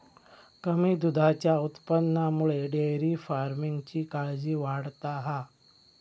कमी दुधाच्या उत्पादनामुळे डेअरी फार्मिंगची काळजी वाढता हा